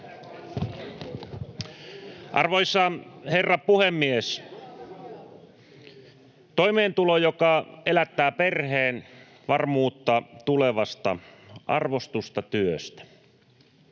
Arvoisa herra puhemies! Toimeentulo, joka elättää perheen, varmuutta tulevasta, arvostusta työstä